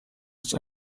ist